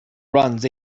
runs